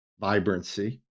vibrancy